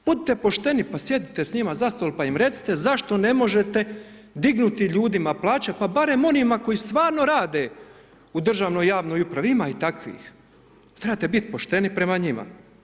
Budite pošteni, pa sjedite s njima za stol, pa im recite zašto ne možete dignuti ljudima plaće, pa barem onima koji stvarno rade u državnoj i javnoj upravi, ima i takvih, trebate biti pošteni prema njima.